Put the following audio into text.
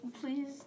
please